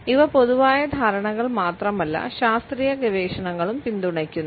ഇവ പൊതുവായ ധാരണകൾ മാത്രമല്ല ശാസ്ത്രീയ ഗവേഷണങ്ങളും പിന്തുണയ്ക്കുന്നു